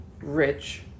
rich